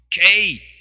okay